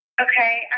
Okay